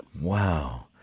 wow